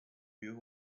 you